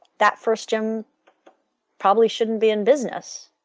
that first gym probably shouldn't be in business